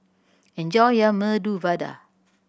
enjoy your Medu Vada